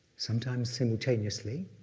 sometimes simultaneously,